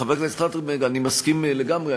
חבר הכנסת טרכטנברג, אני מסכים לגמרי.